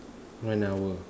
one hour